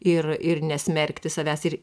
ir ir nesmerkti savęs ir